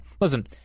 Listen